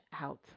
out